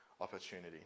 opportunity